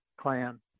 clan